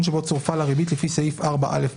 שבו צורפה לה ריבית לפי סעיף 4א(ב)".